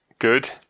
Good